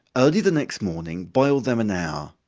early the next morning boil them an hour.